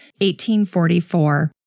1844